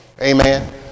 Amen